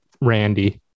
randy